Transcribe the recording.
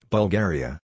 Bulgaria